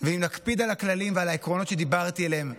ואם נקפיד על הכללים ועל העקרונות שדיברתי עליהם,